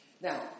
Now